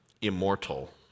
immortal